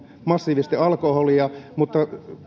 massiivisesti alkoholia mutta